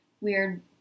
weird